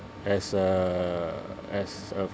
as a as a